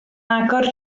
agor